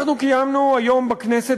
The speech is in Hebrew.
קיימנו היום בכנסת,